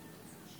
אדוני היושב-ראש.